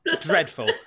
dreadful